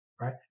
right